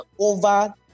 over